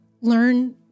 Learn